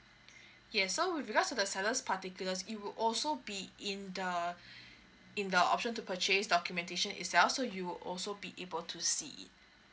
yes so with regards to the seller's particulars it will also be in the in the option to purchase documentation itself so you also be able to see it